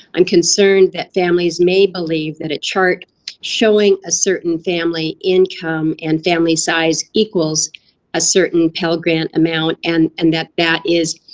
i'm concerned that families may believe that a chart showing a certain family income and family size equals a certain pell grant amount. and and that that is,